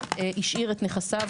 השאיר את נכסיו,